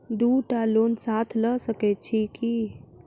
दु टा लोन साथ लऽ सकैत छी की?